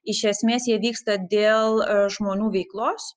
iš esmės jie vyksta dėl žmonių veiklos